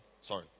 sorry